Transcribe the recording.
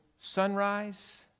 sunrise